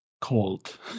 cold